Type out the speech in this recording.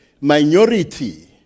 minority